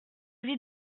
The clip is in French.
vis